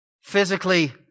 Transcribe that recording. physically